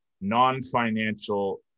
non-financial